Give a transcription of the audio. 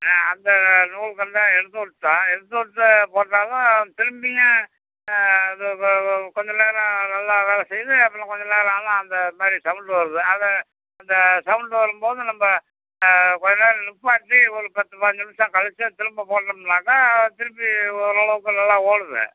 அந்த நூல் கண்டுலாம் எடுத்துவிட்டுட்டோம் எடுத்துவிட்டு போட்டாலும் திரும்பியும் கொஞ்சம் நேரம் நல்லா வேலை செய்து அப்புறம் கொஞ்ச நேரம் ஆனாலும் அந்த மாதிரி சவுண்ட் வருது அதை அந்த சவுண்டு வரும் போது நம்ம கொஞ்சம் நேரம் நிப்பாட்டி ஒரு பத்து பாஞ்சு நிமிஷம் கழிச்சு அதை திரும்ப போட்டோம்னாக்கா திருப்பி ஓரளவுக்கு நல்லா ஓடுதே